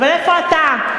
אבל איפה אתה?